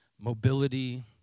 mobility